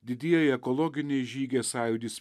didieji ekologiniai žygiai sąjūdis